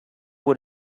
what